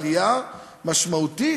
עלייה משמעותית,